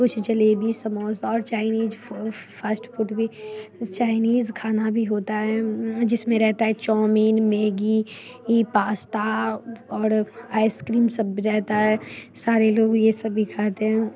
कुछ जलेबी समोसा और Chinese fast food भी चाइनीज़ खाना भी होता है जिसमें रहता है चौमीन मेगी ये पास्ता और आइसक्रीम सब रहता है सारे लोग ये सब भी खाते हैं